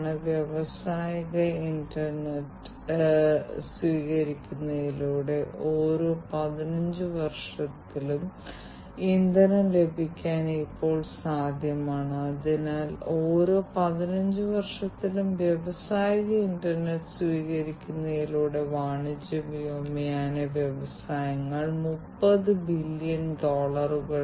അതിനാൽ തുടക്കത്തിൽ തന്നെ ഈ താപനില സെൻസറും പൾസ് ഓക്സിമീറ്റർ സെൻസറും ഉപയോഗിക്കുന്നതിന്റെ ഉദാഹരണം ഞാൻ നിങ്ങൾക്ക് നൽകിയിരുന്നു കൂടാതെ കണക്റ്റുചെയ്ത ഒരു നെറ്റ്വർക്കിലൂടെ ഈ ഡാറ്റ കൂടുതൽ മൂല്യനിർണ്ണയത്തിനും നിരീക്ഷണത്തിനും മറ്റും നിയന്ത്രണ കേന്ദ്രത്തിലേക്ക് അയയ്ക്കും